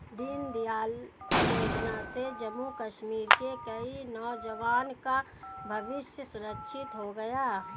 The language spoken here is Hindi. दीनदयाल योजना से जम्मू कश्मीर के कई नौजवान का भविष्य सुरक्षित हो गया